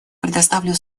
предоставляю